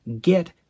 get